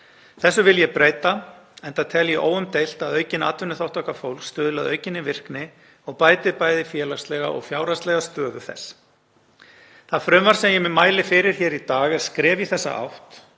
Þessu vil ég breyta enda tel ég óumdeilt að aukin atvinnuþátttaka fólks stuðli að aukinni virkni og bæti bæði félagslega og fjárhagslega stöðu þess. Það frumvarp sem ég mæli fyrir í dag er skref í þá átt